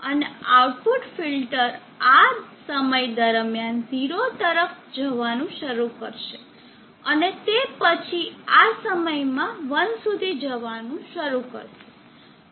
અને output filter આ સમય દરમિયાન 0 તરફ જવાનું શરૂ કરશે અને તે પછી આ સમયમાં 1 સુધી જવાનું શરૂ કરશે